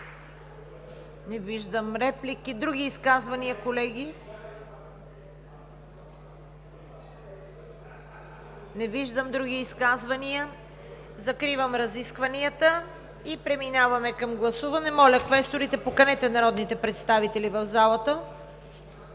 желаещи за реплики. Други изказвания, колеги? Не виждам други желаещи за изказвания. Закривам разискванията и преминаваме към гласуване. Моля, квесторите, поканете народните представители в залата.